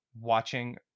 watching